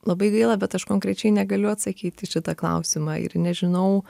labai gaila bet aš konkrečiai negaliu atsakyti į šitą klausimą ir nežinau